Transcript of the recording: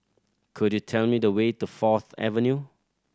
could you tell me the way to Fourth Avenue